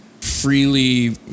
freely